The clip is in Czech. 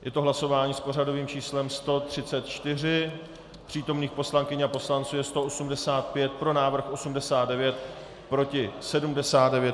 Je to hlasování s pořadovým číslem 134, přítomných poslankyň a poslanců 185, pro návrh 89, proti 79.